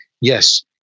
yes